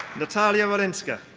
natalia rolinska.